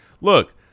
look